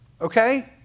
Okay